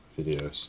videos